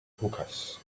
hookahs